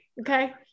okay